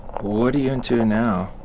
what are you into now?